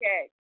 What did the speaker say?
Okay